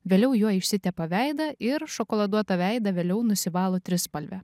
vėliau juo išsitepa veidą ir šokoladuotą veidą vėliau nusivalo trispalve